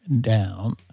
down